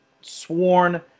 sworn